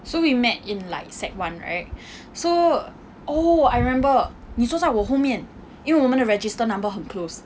so we met in like sec one right so oh I remember 你坐在我后面因为我们的 register number 很 close